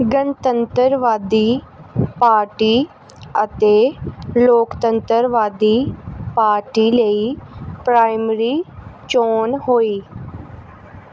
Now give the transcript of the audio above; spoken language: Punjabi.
ਗਣਤੰਤਰਵਾਦੀ ਪਾਰਟੀ ਅਤੇ ਲੋਕਤੰਤਰਵਾਦੀ ਪਾਰਟੀ ਲਈ ਪ੍ਰਾਇਮਰੀ ਚੋਣ ਹੋਈ